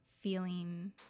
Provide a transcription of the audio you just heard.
feeling